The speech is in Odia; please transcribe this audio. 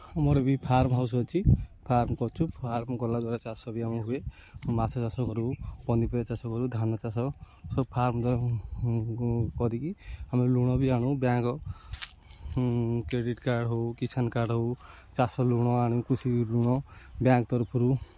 ଆମର ବି ଫାର୍ମହାଉସ୍ ଅଛି ଫାର୍ମ କରଛୁ ଫାର୍ମ କଲାବେଳେ ଚାଷ ବି ଆମ ହୁଏ ମାଛ ଚାଷ କରୁ ପନିପରିବା ଚାଷ କରୁ ଧାନ ଚାଷ ସବୁ ଫାର୍ମ ଦ୍ୱାରା କରିକି ଆମେ ଲୁଣ ବି ଆଣୁ ବ୍ୟାଙ୍କ୍ କ୍ରେଡ଼ିଟ୍ କାର୍ଡ଼ ହଉ କିଷାନ୍ କାର୍ଡ଼ ହଉ ଚାଷ ଋଣ ଆଣୁ କୃଷି ଋଣ ବ୍ୟାଙ୍କ୍ ତରଫରୁ